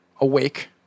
awake